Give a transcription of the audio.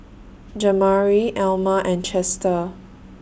Jamari Elma and Chester